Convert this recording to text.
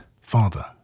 Father